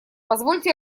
позвольте